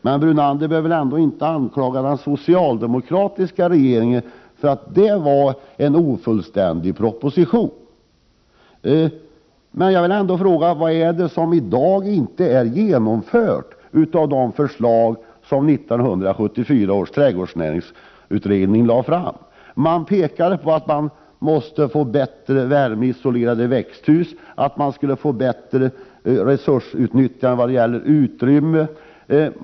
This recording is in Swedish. Lennart Brunander kan här inte anklaga någon socialdemokratisk regering för att den proposition som då låg till grund för besluten var mycket ofullständig. Men jag vill ändå fråga vilka av 1974 års trädgårdsnäringsutrednings förslag som inte har genomförts. Utredningen föreslog bättre värmeisolerade växthus och bättre utnyttjande av utrymmesresurser.